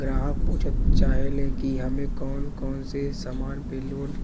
ग्राहक पुछत चाहे ले की हमे कौन कोन से समान पे लोन